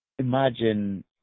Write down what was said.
Imagine